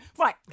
right